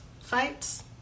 fights